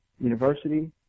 university